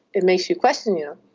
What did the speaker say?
it makes you question, you know,